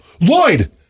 Lloyd